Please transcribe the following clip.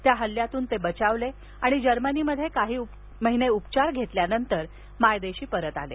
त्या हल्ल्यातून ते बचावले आणि जर्मनीत काही महिने उपचार घेतल्यानंतर मायदेशी परत आले